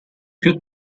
più